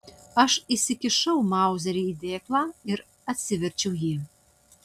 aš įsikišau mauzerį į dėklą ir atsiverčiau jį